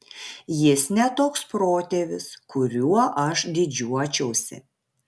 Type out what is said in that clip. jis ne toks protėvis kuriuo aš didžiuočiausi